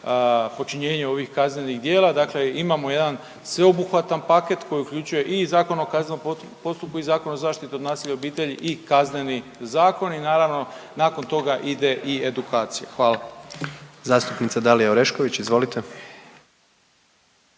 počinjenje ovih kaznenih djela. Dakle, imamo jedan sveobuhvatan paket koji uključuje i Zakon o kaznenom postupku i Zakon o zaštiti od nasilja u obitelji i Kazneni zakon i naravno nakon toga ide i edukacija. Hvala. **Jandroković, Gordan